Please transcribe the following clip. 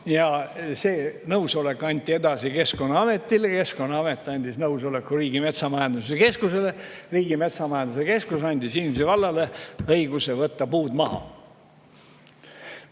ja see nõusolek anti edasi Keskkonnaametile. Keskkonnaamet andis nõusoleku Riigimetsa Majandamise Keskusele. Riigimetsa Majandamise Keskus andis Viimsi vallale õiguse võtta puud maha.